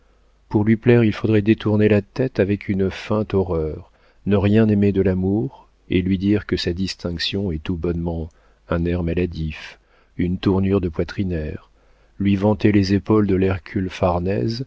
pour lui plaire il faudrait détourner la tête avec une feinte horreur ne rien aimer de l'amour et lui dire que sa distinction est tout bonnement un air maladif une tournure de poitrinaire lui vanter les épaules de l'hercule farnèse